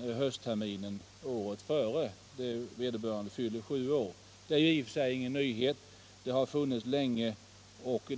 höstterminen året före det — der år barnet fyller sju år. Denna möjlighet är ingen nyhet utan har funnits länge.